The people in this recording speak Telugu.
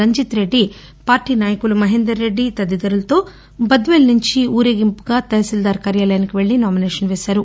రంజిత్రెడ్డి పార్టీ న నాయకులు మహేందర్రెడ్డి తదితరులతో బద్వేలు నుంచి ఊరేగింపుగా తహసీల్దార్ కార్యాలయానికి వెళ్ళి నామినేషన్ దాఖలు చేసారు